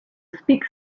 speak